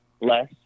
less